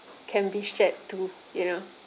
can be shared too you know